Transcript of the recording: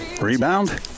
Rebound